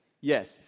Yes